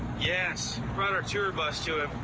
yes. brought our tour bus to him.